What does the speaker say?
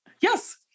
Yes